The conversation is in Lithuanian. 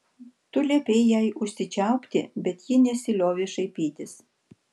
tu liepei jai užsičiaupti bet ji nesiliovė šaipytis